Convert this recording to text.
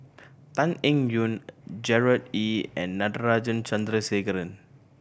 Tan Eng Yoon Gerard Ee and Natarajan Chandrasekaran